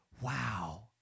wow